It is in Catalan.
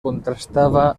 contrastava